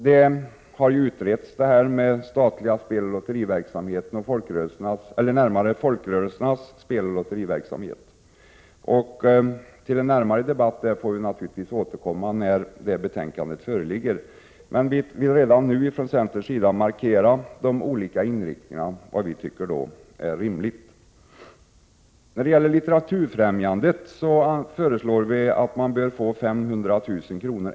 Frågan om folkrörelsernas speloch lotteriverksamhet har ju utretts, och till en närmare debatt härom får vi naturligtvis återkomma när betänkandet föreligger. Men vi vill redan nu från centerns sida markera vad vi tycker är rimligt i fråga om de olika inriktningarna. Vi föreslår att Litteraturfrämjandet skall få 500 000 kr.